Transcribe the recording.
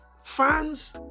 fans